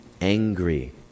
angry